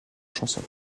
chanson